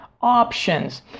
options